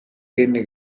kenny